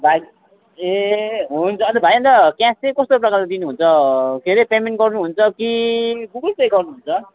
भाइ ए हुन्छ अन्त भाइ अन्त क्यास चाहिँ कस्तो प्रकारले दिनुहुन्छ के रे पेमेन्ट गर्नुहुन्छ कि गुगल पे गर्नुहुन्छ